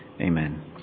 Amen